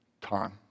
time